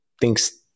thinks